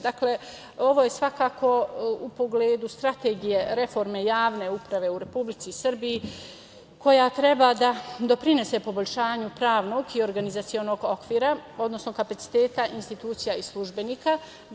Dakle, ovo je svakako u pogledu strategije reforme javne uprave u Republici Srbiji koja treba da doprinese poboljšanju pravnog i organizacionog okvira, odnosno kapaciteta i službenika.